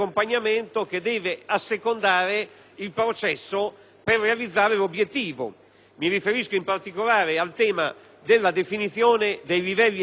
Mi riferisco, in particolare, al tema della definizione dei livelli essenziali delle prestazioni, con particolare riferimento ad una tipologia